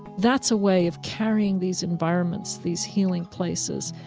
that's a way of carrying these environments, these healing places,